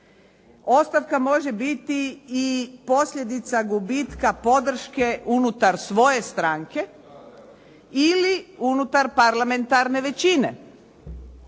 Ostavka može biti i posljedica gubitka podrške unutar svoje stranke ili unutar parlamentarne većine.